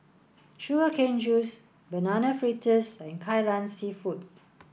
Sugarcane Juice Banana Fritters and Kai Lan Seafood